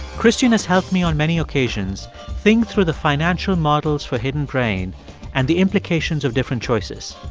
christian has helped me on many occasions think through the financial models for hidden brain and the implications of different choices.